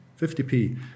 50p